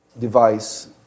device